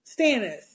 Stannis